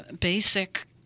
basic